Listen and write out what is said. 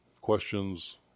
questions